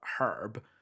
herb